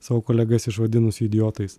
savo kolegas išvadinus idiotais